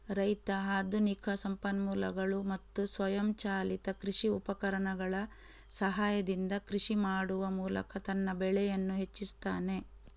ರೈತ ಆಧುನಿಕ ಸಂಪನ್ಮೂಲಗಳು ಮತ್ತು ಸ್ವಯಂಚಾಲಿತ ಕೃಷಿ ಉಪಕರಣಗಳ ಸಹಾಯದಿಂದ ಕೃಷಿ ಮಾಡುವ ಮೂಲಕ ತನ್ನ ಬೆಳೆಯನ್ನು ಹೆಚ್ಚಿಸುತ್ತಾನೆ